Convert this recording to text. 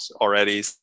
already